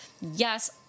Yes